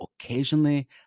occasionally